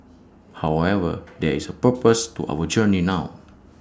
however there is A purpose to our journey now